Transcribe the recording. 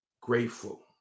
grateful